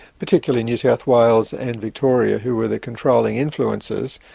particularly new south wales and victoria, who were the controlling influences,